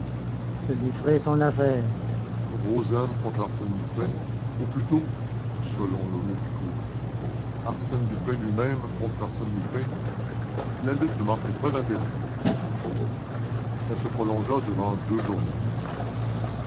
lui ferai son affaire rozaine contre arsène lupin ou plutôt selon le mot qui courut arsène lupin lui-même contre arsène lupin la lutte ne manquait pas d'intérêt elle se prolongea durant deux journées